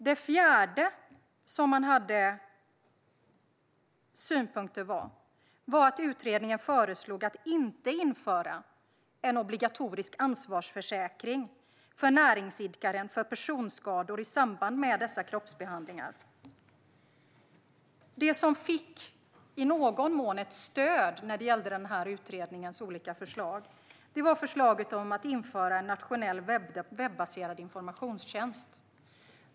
Det fjärde man hade synpunkter på var att utredningen föreslog att det inte skulle införas en obligatorisk ansvarsförsäkring för näringsidkare för personskador i samband med kroppsbehandlingar. Det som i någon mån fick stöd när det gäller utredningens olika förslag var förslaget att införa en nationell webbaserad informationstjänst.